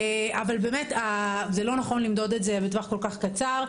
אבל באמת זה לא נכון למדוד את זה בטווח כל כך קצר,